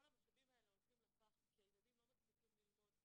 המשאבים האלה הולכים לפח כי הילדים לא מצליחים ללמוד.